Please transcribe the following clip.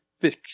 fix